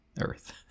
earth